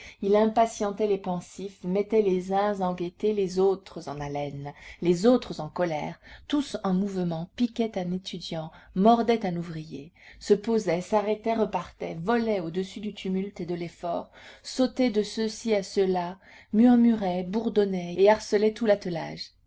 il impatientait les pensifs mettait les uns en gaîté les autres en haleine les autres en colère tous en mouvement piquait un étudiant mordait un ouvrier se posait s'arrêtait repartait volait au-dessus du tumulte et de l'effort sautait de ceux-ci à ceux-là murmurait bourdonnait et harcelait tout l'attelage